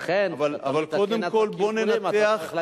אבל קודם כול בוא וננתח את התופעה.